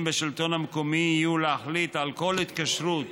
בשלטון המקומי יהיו להחליט על כל התקשרות